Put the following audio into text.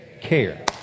care